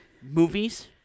movies